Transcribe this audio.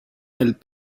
elles